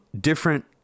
different